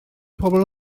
pobl